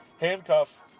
handcuff